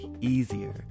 easier